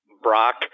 Brock